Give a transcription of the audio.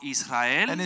Israel